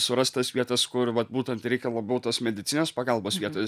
surast tas vietas kur vat būtent reikia labiau tos medicinos pagalbos vietos